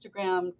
instagram